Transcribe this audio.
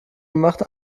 gemacht